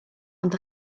ond